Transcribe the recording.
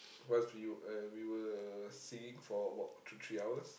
once we uh we were singing for about two three hours